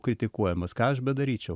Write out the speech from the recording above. kritikuojamas ką aš bedaryčiau